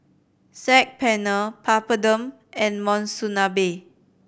Saag Paneer Papadum and Monsunabe